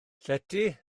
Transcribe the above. llety